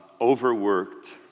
overworked